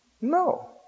no